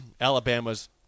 Alabama's